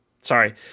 Sorry